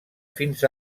fins